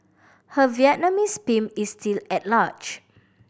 her Vietnamese pimp is still at large